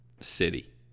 city